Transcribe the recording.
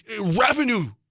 revenue